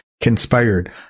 conspired